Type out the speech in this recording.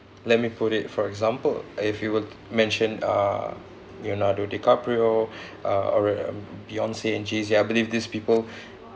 let me put it for example if you were to mention uh leonardo dicaprio uh or uh um beyonce and jay-z I believe these people